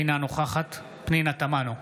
אינה נוכחת פנינה תמנו,